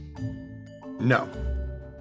No